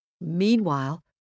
Meanwhile